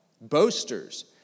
boasters